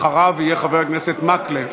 אחריו יהיה חבר הכנסת מקלב.